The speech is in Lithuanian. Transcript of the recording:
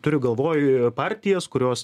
turiu galvoj partijas kurios